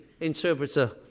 interpreter